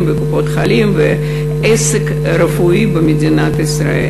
ובקופות-החולים והעסק הרפואי במדינת ישראל.